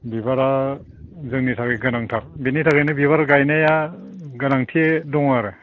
बिबारा जोंनि थाखाय गोनांथार बिनि थाखायनो बिबार गायनाया गोनांथि दं आरो